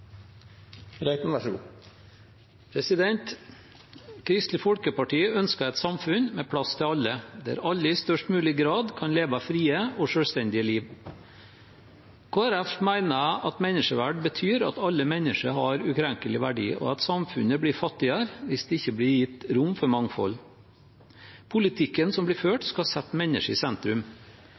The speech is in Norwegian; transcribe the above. Kristelig Folkeparti ønsker et samfunn med plass til alle, der alle i størst mulig grad kan leve frie og selvstendige liv. Kristelig Folkeparti mener at menneskeverd betyr at alle mennesker har ukrenkelig verdi, og at samfunnet blir fattigere hvis det ikke blir gitt rom for mangfold. Politikken som blir ført, skal sette mennesket i sentrum.